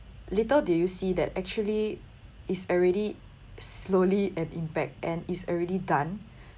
little did you see that actually it's already slowly an impact and it's already done